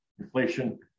inflation